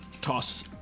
toss